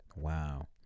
Wow